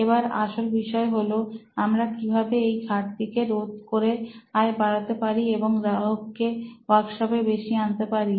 এবার আসল বিষয় হল আমরা কিভাবে এই ঘাটতি কে রোধ করে আয় বাড়াতে পারি এবং গ্রাহককে ওয়ার্কশপে বেশি আনতে পারি